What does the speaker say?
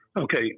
Okay